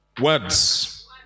Words